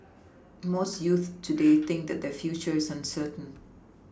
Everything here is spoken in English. most youths today think that their future is uncertain